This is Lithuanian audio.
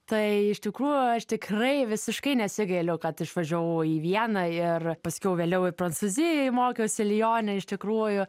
tai iš tikrųjų aš tikrai visiškai nesigailiu kad išvažiavau į vieną ir paskiau vėliau ir prancūzijoj mokiausi lijone iš tikrųjų